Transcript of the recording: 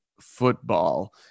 football